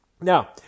Now